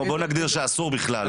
בוא נגדיר שאסור בכלל.